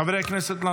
חברי הכנסת,